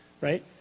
Right